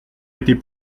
était